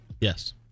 Yes